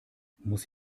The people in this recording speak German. muss